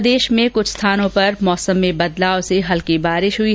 प्रदेश में कुछ स्थानों पर मौसम में बदलाव से हल्की बारिश हुई